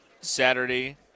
Saturday